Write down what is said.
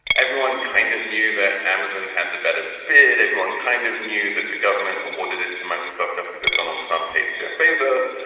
everyone kind of knew that amazon had the better bid. everyone kind of knew that the government awarded it to microsoft just because donald trump hates jeff bezos.